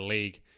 League